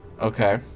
Okay